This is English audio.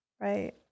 Right